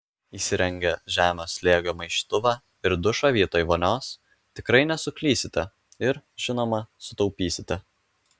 įsirengę žemo slėgio maišytuvą ir dušą vietoj vonios tikrai nesuklysite ir žinoma sutaupysite